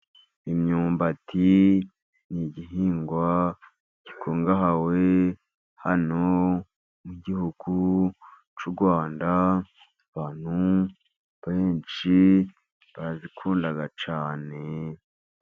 Imyumbati ni igihingwa gikungahaye hano mu gihugu cy'u Rwanda. Abantu benshi barayikunda cyane.